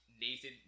Nathan